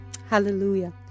Hallelujah